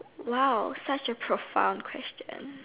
!wow! such a profound question